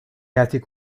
attic